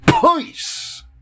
Peace